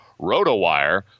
ROTOWIRE